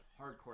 hardcore